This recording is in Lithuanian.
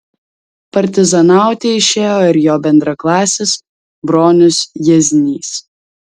partizanauti išėjo ir jo bendraklasis bronius jieznys